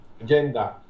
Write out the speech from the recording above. agenda